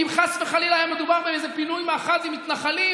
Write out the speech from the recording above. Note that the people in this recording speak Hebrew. אם חס וחלילה היה מדובר באיזה פינוי מאחז עם מתנחלים,